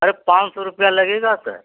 अरे पाँच सौ रुपये लगेगा सर